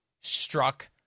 struck